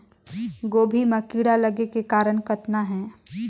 गोभी म कीड़ा लगे के कारण कतना हे?